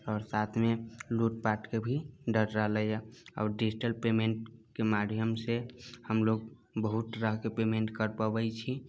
आओर साथमे लूटपाटके भी डर रहलै है आब डिजिटल पेमेन्टके माध्यमसँ हम लोग बहुत तरहके पेमेन्ट कर पबै छी